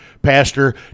Pastor